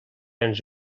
ens